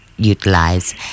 Utilize